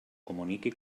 comunique